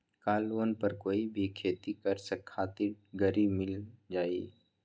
का लोन पर कोई भी खेती करें खातिर गरी मिल जाइ?